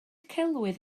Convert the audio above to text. celwydd